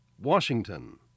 Washington